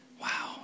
Wow